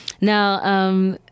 Now